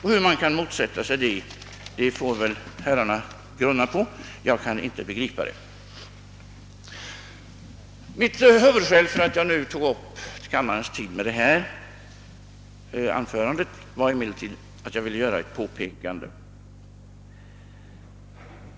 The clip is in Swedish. Hur man kan motsätta sig detta får väl herrarna grunna på — jag kan inte begripa det. Mitt huvudskäl för att nu ta upp kammarens tid med detta anförande var emellertid att jag ville göra ett annat påpekande.